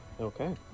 Okay